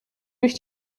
durch